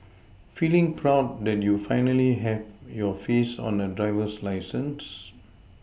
feeling proud that you finally have your face on a driver's license